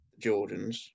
Jordans